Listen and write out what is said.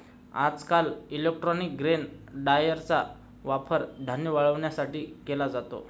आजकाल electronic grain ड्रायरचा वापर धान्य वाळवण्यासाठी केला जातो